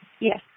Yes